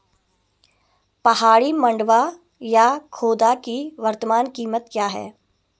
पहाड़ी मंडुवा या खोदा की वर्तमान कीमत क्या है?